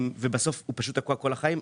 בסוף הוא פשוט תקוע כל החיים,